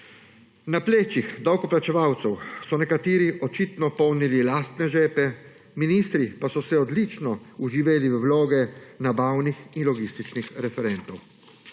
Na plečih davkoplačevalcev so nekateri očitno polnili lastne žepe, ministri pa so se odlično vživeli v vloge nabavnih in logističnih referentov.